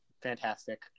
fantastic